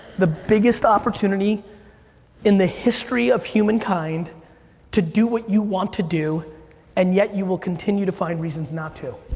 the biggest opportunity in the history of humankind to do what you want to do and yet, you will continue to find reasons not to.